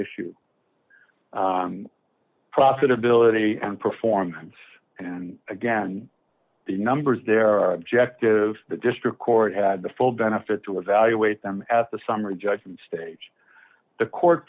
issue profitability and performance and again the numbers there are objective the district court had the full benefit to evaluate them at the summary judgment stage the court